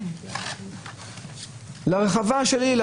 לרחבה שלי,